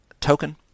token